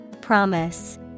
promise